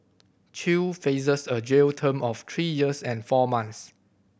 Chew faces a jail term of three years and four months